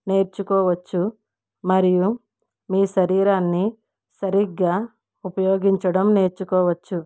నేర్చుకోవచ్చు మరియు మీ శరీరాన్ని సరిగ్గా ఉపయోగించడం నేర్చుకోవచ్చు